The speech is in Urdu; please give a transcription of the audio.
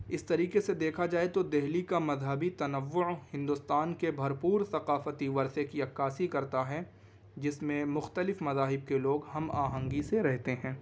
اس طریقے سے دیکھا جائے تو دہلی کا مذہبی تنوع ہندوستان کے بھر پور ثقافتی ورثے کی عکاسی کرتا ہے جس میں مختلف مذاہب کے لوگ ہم آہنگی سے رہتے ہیں